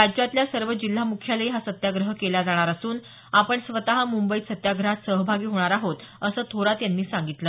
राज्यातल्या सर्व जिल्हा मुख्यालयी हा सत्याग्रह केला जाणार असून आपण स्वतः मुंबईत सत्याग्रहात सहभागी होणार आहोत असं थोरात म्हणाले